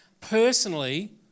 personally